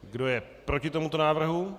Kdo je proti tomuto návrhu?